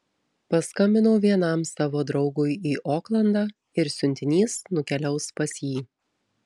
paskambinau vienam savo draugui į oklandą ir siuntinys nukeliaus pas jį